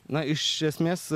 na iš esmės